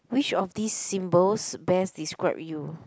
which of these symbols best describe you